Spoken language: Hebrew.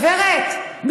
גברת,